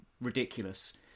ridiculous